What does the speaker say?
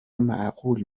معقول